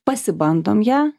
pasibandom ją